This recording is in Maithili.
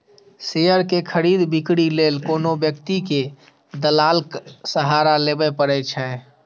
शेयर के खरीद, बिक्री लेल कोनो व्यक्ति कें दलालक सहारा लेबैए पड़ै छै